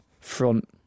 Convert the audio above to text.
Front